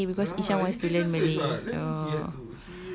oh !chey! because ishan wants to learn malay oh